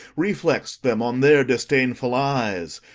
reflexed them on their disdainful eyes,